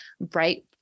bright